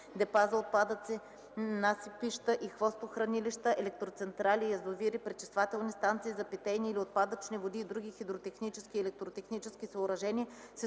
депа за отпадъци, насипища и хвостохранилища, електроцентрали, язовири, пречиствателни станции за питейни или отпадъчни води и други хидротехнически и електротехнически съоръжения